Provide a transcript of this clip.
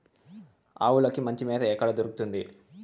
ఆవులకి మంచి మేత ఎక్కడ దొరుకుతుంది?